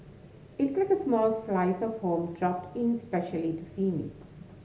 it's like a small slice of home dropped in specially to see me